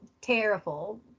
terrible